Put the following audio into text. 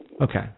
Okay